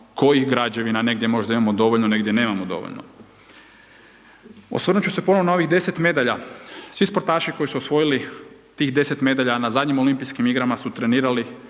kojih građevina, negdje možda imamo dovoljno, negdje nemamo dovoljno. Osvrnuti ću se ponovno na ovih 10 medalja, svi sportaši koji su osvojili tih 10 medalja, na zadnjim Olimpijskim igrama su trenirali